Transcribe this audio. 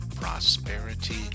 prosperity